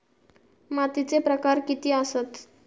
मातीचे प्रकार किती आसत?